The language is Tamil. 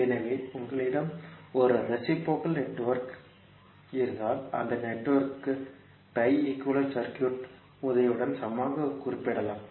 எனவே உங்களிடம் ஒரு ரேசிப்ரோகல் நெட்வொர்க் இருந்தால் அந்த நெட்வொர்க்கை pi ஈக்குவேலன்ட் சர்க்யூட் உதவியுடன் சமமாக குறிப்பிடலாம்